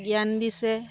জ্ঞান দিছে